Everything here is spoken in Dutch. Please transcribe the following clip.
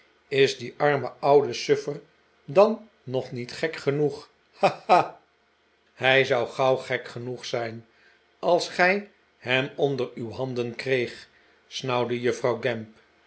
is die arme oude suffer dan nog niet gek genoeg ha hal hij zou gauw gek genoeg zijn als gij hem onder uw handen kreegt snauwde juffrouw gamp